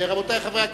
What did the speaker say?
רבותי חברי הכנסת,